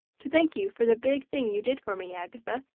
to thank you for the big thing you did for me, agatha,